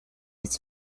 its